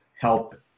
help